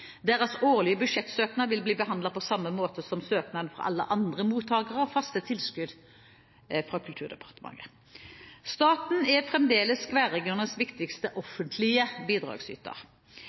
deres årlige budsjettsøknad vil bli behandlet på samme måte som søknaden fra alle andre mottakere av faste tilskudd fra Kulturdepartementet. Staten er fremdeles skværriggernes viktigste offentlige bidragsyter.